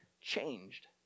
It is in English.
changed